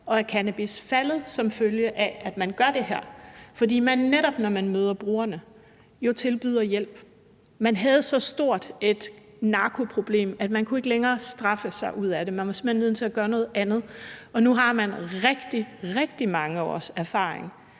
og cannabis faldet, som følge af at man gør det her, fordi man jo netop, når man møder brugerne, tilbyder hjælp. Man havde så stort et narkoproblem, at man ikke længere kunne straffe sig ud af det. Man var simpelt hen nødt til at gøre noget andet, og nu har man rigtig, rigtig mange års erfaring.